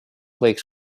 võiks